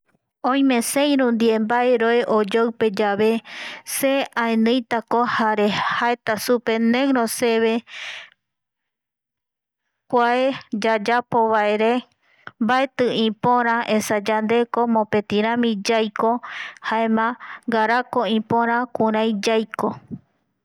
Oime seiru ndie roe mbae oyoipeyave se aeniitako jare jaeta supe neiroseve kuae yayapovaere mbaeti ipora esa yandeko mopetirami yaiko jaema ngaraako ipora yaiko